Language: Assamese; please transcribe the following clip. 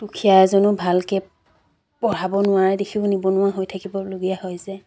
দুখীয়া এজনো ভালকৈ পঢ়াব নোৱাৰে দেখিও নিবনুৱা হৈ থাকিবলগীয়া হৈছে